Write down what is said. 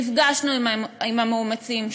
נפגשנו עם המאומצים,